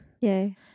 Yay